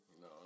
No